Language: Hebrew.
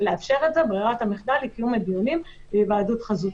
לאפשר את זה היא קיום הדיונים בהיוועדות חזותית.